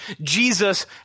Jesus